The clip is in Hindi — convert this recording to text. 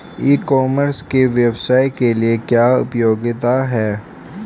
ई कॉमर्स के व्यवसाय के लिए क्या उपयोगिता है?